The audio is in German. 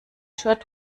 shirt